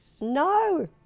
No